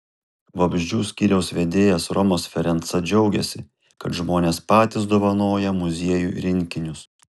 vabzdžių skyriaus vedėjas romas ferenca džiaugiasi kad žmonės patys dovanoja muziejui rinkinius